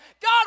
God